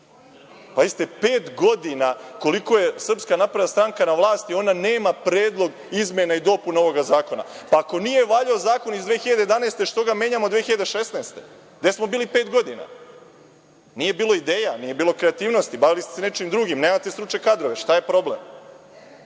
Pazite, pet godina, koliko je SNS na vlasti ona nema predlog izmena i dopuna ovog zakona. Ako nije valjao zakon iz 2011. što ga menjamo 2016. godine. Gde smo bili pet godina? Nije bilo ideja, nije bilo kreativnosti, bavili ste se nečim drugim, nemate stručne kadrove. Šta je problem?